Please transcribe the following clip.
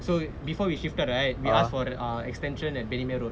so before we shifted right we ask for the err extension at bendemeer road